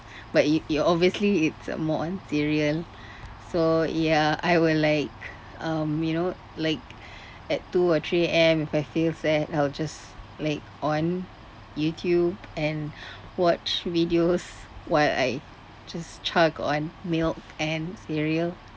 but it it's obviously it's more on cereal so ya I will like um you know like at two or three A_M if I feel sad I'll just like on youtube and watch videos while I just chug on milk and cereal